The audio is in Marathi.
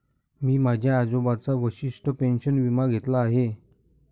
मी माझ्या आजोबांचा वशिष्ठ पेन्शन विमा घेतला आहे